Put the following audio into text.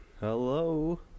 hello